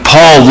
Paul